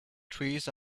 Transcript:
trees